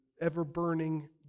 ever-burning